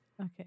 Okay